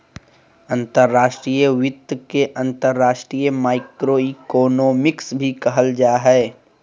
अंतर्राष्ट्रीय वित्त के अंतर्राष्ट्रीय माइक्रोइकोनॉमिक्स भी कहल जा हय